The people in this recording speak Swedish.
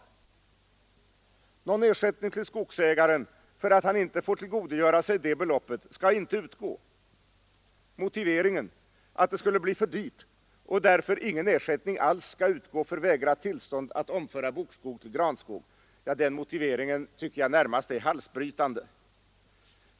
Någon ersättning till skogsägaren för att han inte får tillgodogöra sig det beloppet skall inte utgå. Motiveringen — att det skulle bli för dyrt och att därför ingen ersättning alls skall utgå för vägrat tillstånd att överföra bokskog till granskog — tycker jag närmast är halsbrytande.